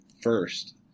first